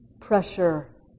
pressure